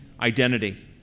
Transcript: identity